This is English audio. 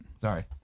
Sorry